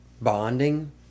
bonding